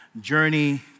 Journey